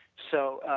so,